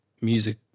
music